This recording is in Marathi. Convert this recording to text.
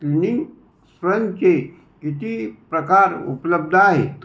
निंग स्पंजचे किती प्रकार उपलब्ध आहेत